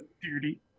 duty